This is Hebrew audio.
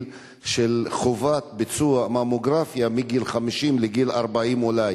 של חובת ביצוע ממוגרפיה מגיל 50 לגיל 40 אולי.